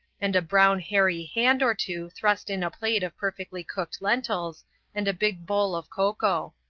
and a brown hairy hand or two thrust in a plate of perfectly cooked lentils and a big bowl of cocoa.